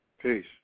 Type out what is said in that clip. Peace